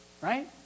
Right